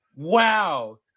Wow